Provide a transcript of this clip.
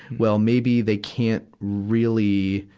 well, maybe they can't really,